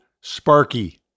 Sparky